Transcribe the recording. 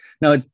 Now